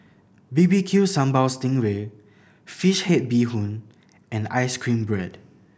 B B Q Sambal sting ray fish head bee hoon and ice cream bread